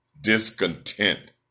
discontent